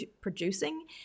producing